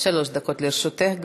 שלוש דקות לרשותך.